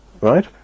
right